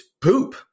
poop